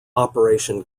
operation